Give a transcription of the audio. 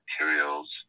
materials